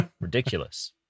ridiculous